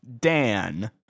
Dan